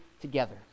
together